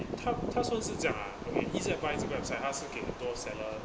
她他算是这样 ah okay E_Z buy 这 website 它是给很多 seller